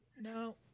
no